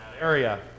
area